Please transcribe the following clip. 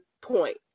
point